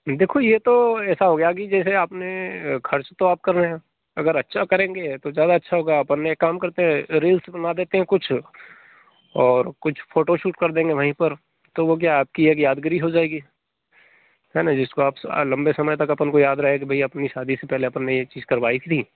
देखो ये तो ऐसा हो गया कि जैसे आपने खर्च तो आप कर रहे हैं अगर अच्छा करेंगे तो ज्यादा अच्छा होगा अपन एक काम करते हैं रील्स बना देते हैं कुछ और कुछ फोटो शूट कर देंगे वहीं पर तो वो क्या आपकी एक यादगिरी हो जाएगी है ना जिसको आप लम्बे समय तक अपन को याद रहे कि भाई अपनी शादी से पहले अपन ने ये चीज़ करवाई थी